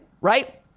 right